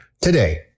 today